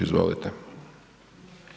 Izvolite.